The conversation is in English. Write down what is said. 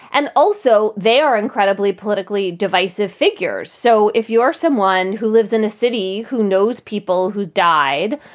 and also, they are incredibly politically divisive figures. so if you are someone who lives in a city who knows people who died,